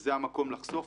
וזה המקום לחשוף,